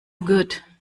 good